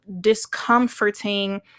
discomforting